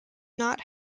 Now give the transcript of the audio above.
not